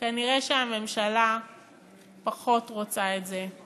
כנראה הממשלה פחות רוצה את זה,